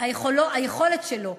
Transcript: היכולת שלו